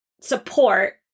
support